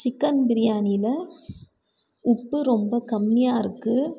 chicken பிரியாணியில் உப்பு ரொம்ப கம்மியாக இருக்குது